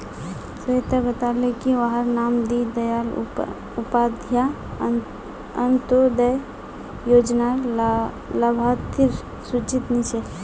स्वेता बताले की वहार नाम दीं दयाल उपाध्याय अन्तोदय योज्नार लाभार्तिर सूचित नी छे